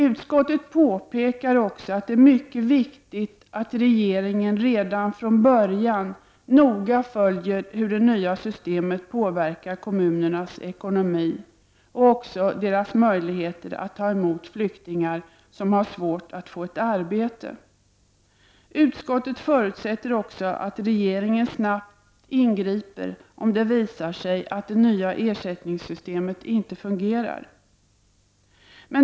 Utskottet påpekar också att det är mycket viktigt att regeringen redan från början noga följer hur det nya systemet påverkar kommunernas ekonomi och även deras möjligheter att ta emot flyktingar som har svårt att få ett arbete. Utskottet förutsätter att regeringen snabbt ingriper om det visar sig att det nya ersättningssystemet inte fungerar.